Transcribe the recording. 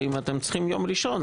ואם אתם צריכים יום ראשון,